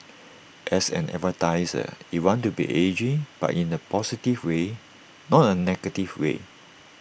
as an advertiser you want to be edgy but in A positive way not A negative way